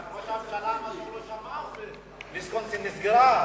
ראש הממשלה אפילו לא שמע שוויסקונסין נסגרה.